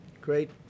great